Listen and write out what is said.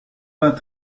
vingt